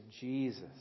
Jesus